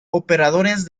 operadores